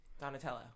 Donatello